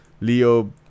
Leo